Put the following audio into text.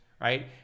right